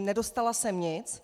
Nedostala jsem nic.